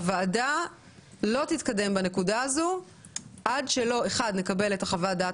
הוועדה לא תתקדם בנקודה הזו עד שלא נקבל את חוות הדעת